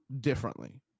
differently